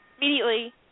Immediately